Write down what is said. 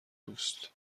دوست